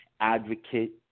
Advocate